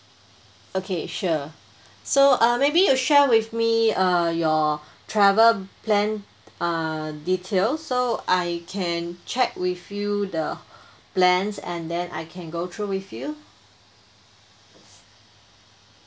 okay sure so uh maybe you share with me err your travel plan err detail so I can check with you the plans and then I can go through with you